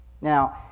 Now